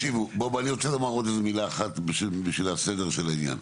אני רוצה לומר עוד מילה למען הסדר של העניין.